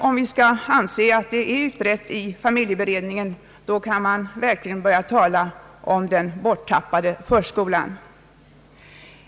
Om vi skall anse att så är fallet, kan vi verkligen tala om den borttappade förskolan.